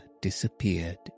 disappeared